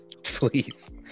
Please